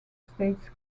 states